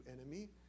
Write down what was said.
enemy